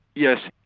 yes.